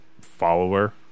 follower